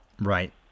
Right